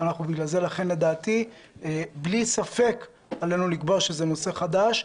לכן לדעתי בלי ספק עלינו לקבוע שזה נושא חדש,